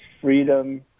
freedom